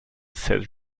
said